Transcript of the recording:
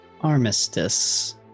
armistice